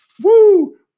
woo